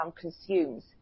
consumes